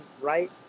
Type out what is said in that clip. right